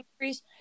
increase